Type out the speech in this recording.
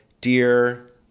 dear